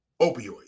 opioids